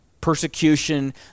persecution